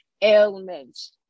ailments